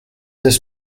this